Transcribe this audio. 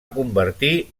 convertir